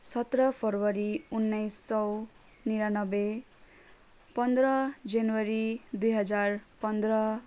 सत्र फेब्रुअरी उन्नाइस सौ निनानब्बे पन्ध्र जनवरी दुई हजार पन्ध्र